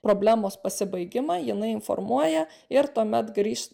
problemos pasibaigimą jinai informuoja ir tuomet grįžt